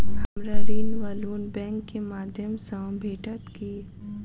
हमरा ऋण वा लोन बैंक केँ माध्यम सँ भेटत की?